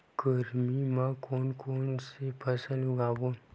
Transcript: गरमी मा कोन कौन से फसल उगाबोन?